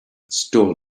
stole